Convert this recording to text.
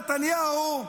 נתניהו,